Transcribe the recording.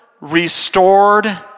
restored